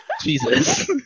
Jesus